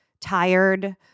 tired